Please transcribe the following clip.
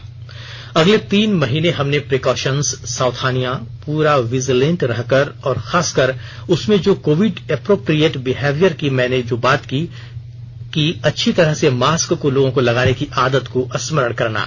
अगर अगले तीन महीने हमने प्रीकॉशन्स सावधानियां पूरा विजिलेंट रहकर और खासकर उसमें जो कोविड एप्रोप्रिएट बिहेवियर की मैंने जो बात की कि अच्छी तरह से मास्क को लोगों को लगाने की आदत को स्मरण कराना